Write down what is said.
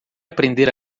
aprender